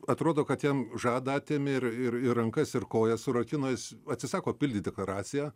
atrodo kad jam žadą atėmė ir ir ir rankas ir kojas surakino jis atsisako pildyt deklaraciją